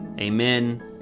Amen